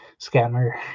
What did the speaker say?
scammer